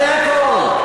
זה לקחת אנשים